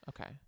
Okay